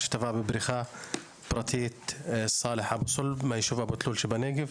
שטבע בבריכה פרטית ביישוב אבו תלול בנגב.